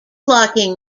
locking